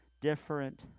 different